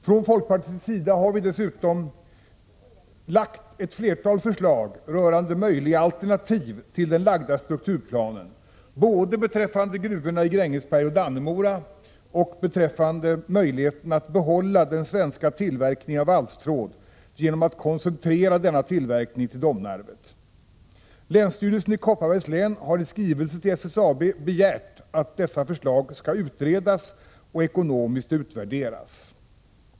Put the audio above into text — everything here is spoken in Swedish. Från folkpartiet har vi dessutom lagt fram ett flertal förslag rörande möjliga alternativ till den framlagda strukturplanen, både beträffande gruvorna i Grängesberg och Dannemora och beträffande möjligheten att behålla den svenska tillverkningen av valstråd genom att koncentrera denna tillverkning till Domnarvet. Länsstyrelsen i Kopparbergs län har i skrivelse till SSAB begärt att dessa förslag skall utredas och ekonomiskt utvärderas.